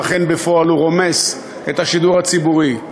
ואכן בפועל הוא רומס את השידור הציבורי.